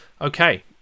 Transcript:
Okay